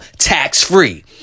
tax-free